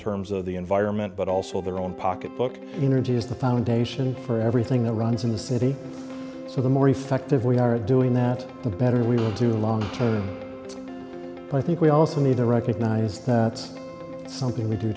terms of the environment but also their own pocketbook energy is the foundation for everything the runs in the city so the more effective we are doing that the better we look to long term i think we also need to recognize it's something we do